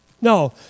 No